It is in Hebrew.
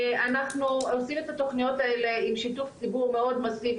אנחנו עושים את התוכניות האלה עם שיתוף ציבור מאוד מסיבי,